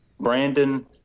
Brandon